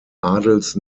adels